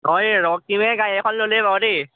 অঁ এই ৰক্তিমে গাড়ী এখন ল'লেই বাৰু দেই